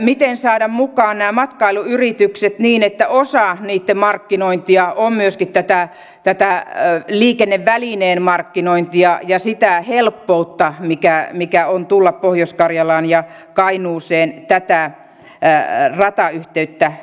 miten saada mukaan nämä matkailuyritykset niin että osa niitten markkinointia on myöskin tämä liikennevälineen markkinointi ja se helppous tulla pohjois karjalaan ja kainuuseen tätä ratayhteyttä pitkin